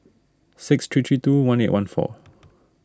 six three three two one eight one four